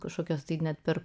kažkokios tai net per